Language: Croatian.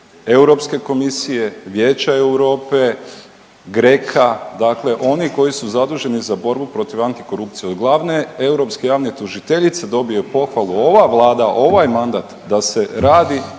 Europske komisije, Vijeća Europe, GRECO-a, dakle onih koji su zaduženi za borbu protiv antikorupcije, od glavne europske javne tužiteljice, dobio je pohvalu, ova Vlada, ovaj mandat da se radi